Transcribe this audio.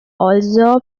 also